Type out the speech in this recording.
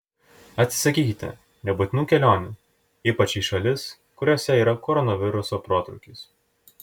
atsisakykite nebūtinų kelionių ypač į šalis kuriose yra koronaviruso protrūkis